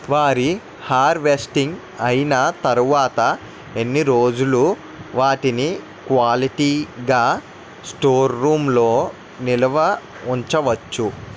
వరి హార్వెస్టింగ్ అయినా తరువత ఎన్ని రోజులు వాటిని క్వాలిటీ గ స్టోర్ రూమ్ లొ నిల్వ ఉంచ వచ్చు?